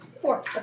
four